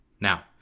Now